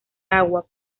agua